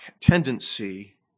tendency